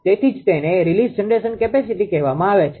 તેથી જ તેને રીલીઝ્ડ જનરેશન કેપેસીટી કહેવામાં આવે છે